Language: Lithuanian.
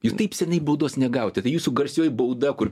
jūs taip seniai baudos negavote tai jūsų garsioji bauda kur